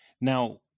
now